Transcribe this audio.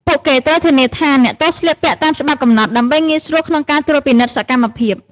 ពួកគេត្រូវធានាថាអ្នកទោសស្លៀកពាក់តាមច្បាប់កំណត់ ដើម្បីងាយស្រួលក្នុងការត្រួតពិនិត្យសកម្មភាព។